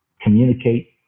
communicate